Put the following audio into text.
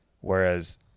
Whereas